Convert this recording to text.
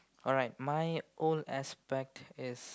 alright my old aspect is